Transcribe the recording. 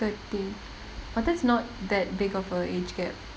thirteen but that's not that big of a age gap